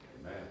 Amen